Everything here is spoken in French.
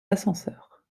ascenseurs